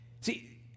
See